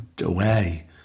away